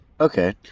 Okay